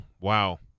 wow